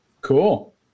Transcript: Cool